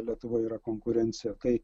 lietuvoj yra konkurencija kai